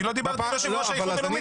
אני לא דיברתי על יושב-ראש האיחוד הלאומי,